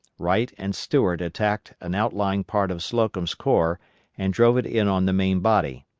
wright and stuart attacked an outlying part of slocum's corps and drove it in on the main body.